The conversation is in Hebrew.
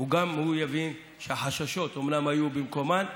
גם הוא יבין שהחששות אומנם היו במקומם,